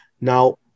now